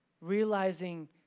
Realizing